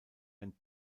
ein